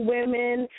Women